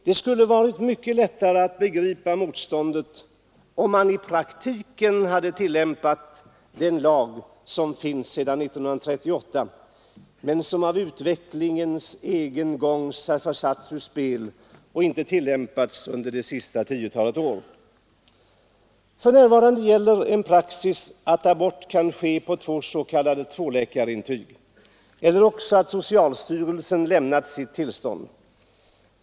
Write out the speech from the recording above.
Det skulle ha varit mycket lättare att begripa motståndet, om man i praktiken hade tillämpat den lag som finns sedan 1938 men som av utvecklingens egen gång försatts ur spel och inte tillämpats under det senaste tiotalet år. För närvarande gäller en praxis att abort kan ske på s.k. tvåläkarintyg eller när socialstyrelsen lämnar sitt tillstånd.